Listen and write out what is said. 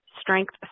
strength